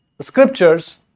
scriptures